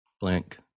blank